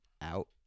out